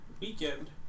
weekend